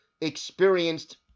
experienced